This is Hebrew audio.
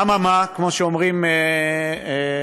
אממה, כמו שאומרים אצלנו,